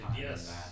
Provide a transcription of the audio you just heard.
yes